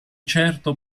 certo